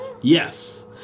Yes